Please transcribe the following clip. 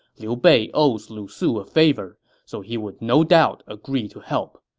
liu bei owes lu su a favor, so he would no doubt agree to help.